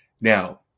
Now